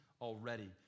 already